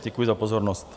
Děkuji za pozornost.